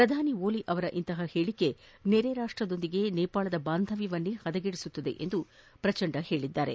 ಪ್ರಧಾನಿ ಓಲಿ ಅವರ ಇಂತಹ ಹೇಳಿಕೆ ನೆರೆರಾಷ್ಟ್ದೊಂದಿಗೆ ನೇಪಾಳದ ಬಾಂಧವ್ಯವನ್ನು ಹದಗೆದಿಸುತ್ತದೆ ಎಂದು ಪ್ರಚಂಡ ಹೇಳಿದ್ಲಾರೆ